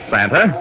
Santa